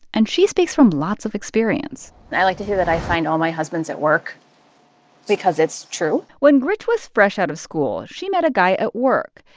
and she speaks from lots of experience i like to say that i find all my husbands at work because it's true when grych was fresh out of school, she met a guy at work.